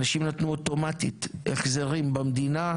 אנשים נתנו אוטומטית החזרים במדינה,